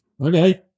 Okay